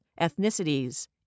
ethnicities